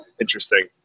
interesting